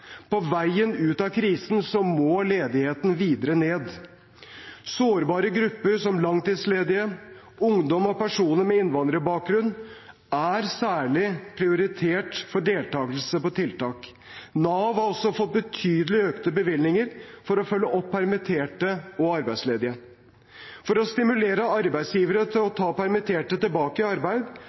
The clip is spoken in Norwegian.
På veien ut av krisen må ledigheten videre ned. Sårbare grupper som langtidsledige, ungdom og personer med innvandrerbakgrunn er særlig prioritert for deltakelse på tiltak. Nav har også fått betydelig økte bevilgninger for å følge opp permitterte og arbeidsledige. For å stimulere arbeidsgivere til å ta permitterte tilbake i arbeid